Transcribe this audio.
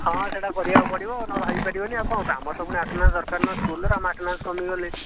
ହଁ ସେଟା ତ କରିବାକୁ ପଡ଼ିବ ନହେଲେ ହେଇ ପାଇବନି ଆମର ତ ପୁଣି ଆଟେଣ୍ଡାନ୍ସ ଦରକାର ସ୍କୁଲ ର ଆମ ଆଟେଣ୍ଡାନ୍ସ କମିଗଲେ